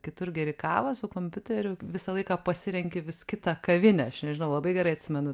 kitur geri kavą su kompiuteriu visą laiką pasirenki vis kitą kavinę aš nežinau labai gerai atsimenu